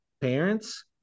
parents